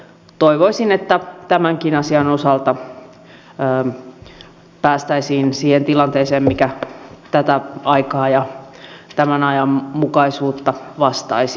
toivoisin että tämänkin asian osalta päästäisiin siihen tilanteeseen mikä tätä aikaa ja tämän ajan mukaisuutta vastaisi